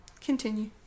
continue